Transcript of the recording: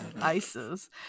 isis